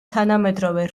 თანამედროვე